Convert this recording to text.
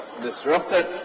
disrupted